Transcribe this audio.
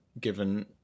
given